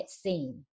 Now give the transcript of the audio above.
seen